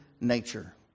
nature